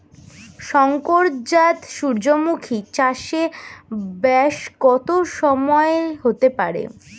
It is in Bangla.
শংকর জাত সূর্যমুখী চাসে ব্যাস কত সময় হতে পারে?